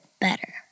better